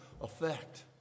effect